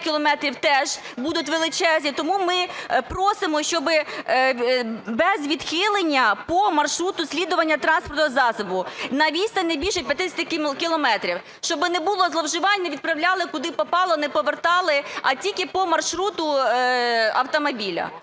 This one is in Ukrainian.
кілометрів теж будуть величезні. Тому ми просимо, щоб без відхилення по маршруту слідування транспортного засобу на відстань не більше 50 кілометрів, щоб не було зловживань, не відправляли куди попало, не повертали, а тільки по маршруту автомобіля.